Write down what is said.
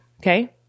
okay